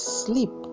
sleep